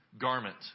garment